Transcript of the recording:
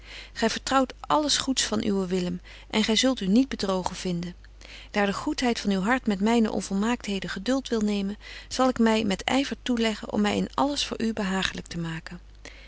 gy vertrouwt alles goeds van uwen willem en gy zult u niet bedrogen vinden daar de goedheid van uw hart met myne onvolmaaktheden geduld wil nemen zal ik my met yver toeleggen om my in alles voor u behaaglyk te maken